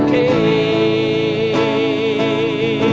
a